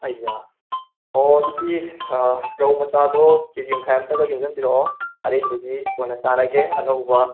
ꯑꯩꯌꯥ ꯑꯣ ꯑꯗꯨꯗꯤ ꯔꯧ ꯃꯆꯥꯗꯣ ꯀꯦꯖꯤ ꯃꯈꯥꯏ ꯑꯝꯇꯒ ꯌꯣꯝꯖꯟꯕꯤꯔꯛꯑꯣ ꯁꯥꯔꯦꯡꯗꯨꯗꯤ ꯀꯣꯟꯅ ꯆꯥꯔꯒꯦ ꯑꯅꯧꯕ